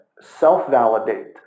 Self-validate